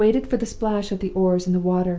i waited for the splash of the oars in the water,